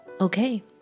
Okay